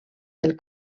del